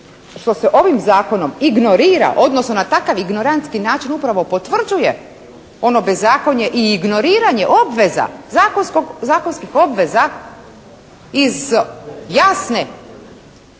što se ovim zakonom ignorira, odnosno na takav ignorantski način upravo potvrđuje ono bezakonje i ignoriranje obveza, zakonskih obveza iz jasne